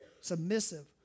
submissive